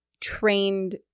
trained